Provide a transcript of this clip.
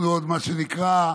אנחנו עוד, מה שנקרא,